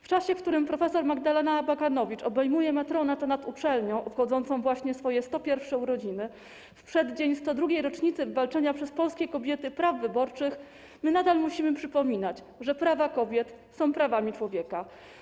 W czasie, w którym prof. Magdalena Abakanowicz obejmuje matronat nad uczelnią obchodzącą właśnie swoje 101. urodziny, w przeddzień 102. rocznicy wywalczenia przez polskie kobiety praw wyborczych, my nadal musimy przypominać, że prawa kobiet są prawami człowieka.